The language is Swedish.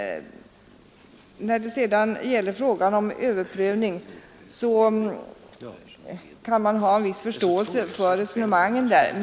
När det sedan gäller frågan om överprövning, så kan man ha en viss förståelse för resonemangen där.